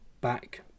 back